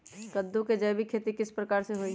कददु के जैविक खेती किस प्रकार से होई?